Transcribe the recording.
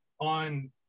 on